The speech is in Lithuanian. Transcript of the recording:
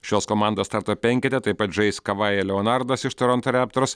šios komandos starto penkete taip pat žais kavajė leonardas iš toronto raptors